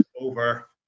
over